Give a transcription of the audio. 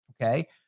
Okay